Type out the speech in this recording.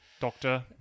Doctor